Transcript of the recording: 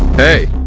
hey!